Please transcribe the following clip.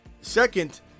second